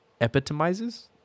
epitomizes